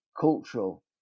cultural